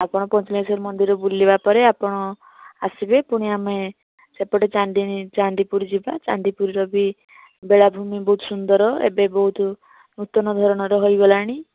ଆପଣ ପଞ୍ଚଲିଙ୍ଗେଶ୍ୱର ମନ୍ଦିର ବୁଲିବାପରେ ଆପଣ ଆସିବେ ପୁଣି ଆମେ ସେପଟେ ଚାନ୍ଦିପୁର ଯିବା ଚାନ୍ଦିପୁରର ବି ବେଳାଭୂମି ବହୁତ ସୁନ୍ଦର ଏବେ ବହୁତ ନୂତନ ଧରଣର ହୋଇଗଲାଣି